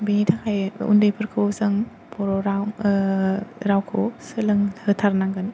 बेनि थाखाय उन्दैफोरखौ जों बर' राव रावखौ सोलों होथारनांगोन